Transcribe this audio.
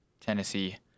Tennessee